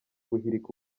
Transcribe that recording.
guhirika